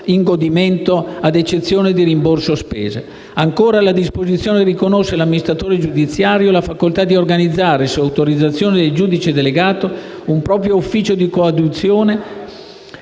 in godimento, a eccezione di un rimborso spese. Ancora, la disposizione riconosce all'amministratore giudiziario la facoltà di organizzare, su autorizzazione del giudice delegato, un proprio ufficio di coadiuzione.